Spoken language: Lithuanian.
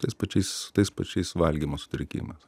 tais pačiais tais pačiais valgymo sutrikimas